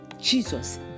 Jesus